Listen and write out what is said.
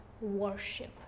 worship